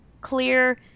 clear